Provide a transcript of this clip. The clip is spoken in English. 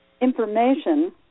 information